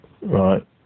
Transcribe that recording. Right